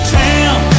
town